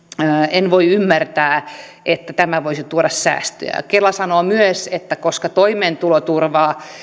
en voi ymmärtää että tämä voisi tuoda säästöjä kela sanoo myös että koska toimeentuloturvaa